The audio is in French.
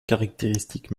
caractéristiques